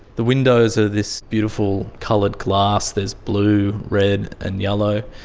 the windows are this beautiful coloured glass, there's blue, red, and yellow